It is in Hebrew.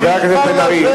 חבר הכנסת בן-ארי.